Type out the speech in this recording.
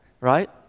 right